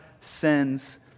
sends